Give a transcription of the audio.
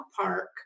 park